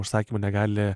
užsakymų negali